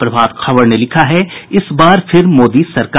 प्रभात खबर ने लिखा है इस बार फिर मोदी सरकार